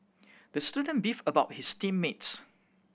the student beefed about his team mates